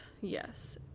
yes